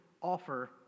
offer